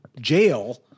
jail